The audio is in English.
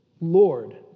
Lord